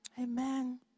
amen